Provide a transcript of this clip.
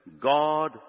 God